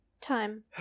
time